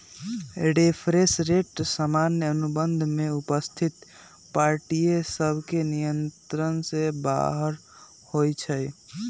reference rate सामान्य अनुबंध में उपस्थित पार्टिय सभके नियंत्रण से बाहर होइ छइ